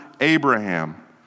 Abraham